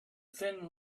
thin